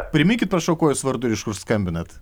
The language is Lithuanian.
priminkit prašau kuo jūs vardu ir iš kur skambinat